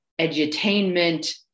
edutainment